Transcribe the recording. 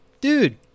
Dude